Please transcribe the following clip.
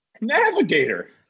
navigator